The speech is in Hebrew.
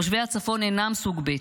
תושבי הצפון אינם סוג ב'.